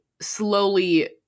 slowly